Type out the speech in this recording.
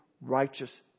righteous